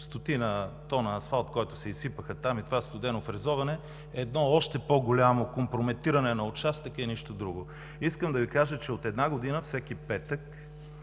стотина тона асфалт, които се изсипаха там и това студено фрезоване, е още по-голямо компрометиране на участъка и нищо друго. Искам да Ви кажа, че от една година всеки петък